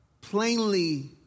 plainly